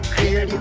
Clear